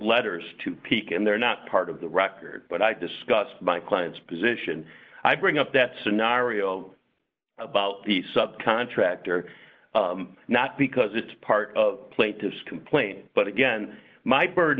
letters to pique and they're not part of the record but i discussed my client's position i bring up that scenario about the sub contractor not because it's part of plaintiff's complaint but again my burd